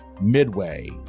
midway